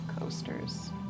coasters